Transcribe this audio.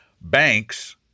banks